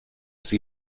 sie